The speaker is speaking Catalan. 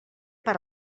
per